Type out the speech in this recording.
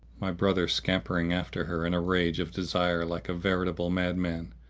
my brother scampering after her in a rage of desire like a veritable madman,